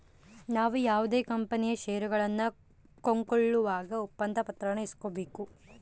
ನಾವು ಯಾವುದೇ ಕಂಪನಿಯ ಷೇರುಗಳನ್ನ ಕೊಂಕೊಳ್ಳುವಾಗ ಒಪ್ಪಂದ ಪತ್ರಾನ ಇಸ್ಕೊಬೇಕು